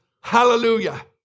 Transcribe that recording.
Hallelujah